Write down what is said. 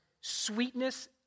sweetness